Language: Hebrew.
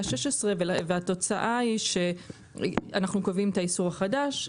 (16) והתוצאה היא שאנחנו קובעים את האיסור החדש,